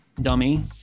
dummy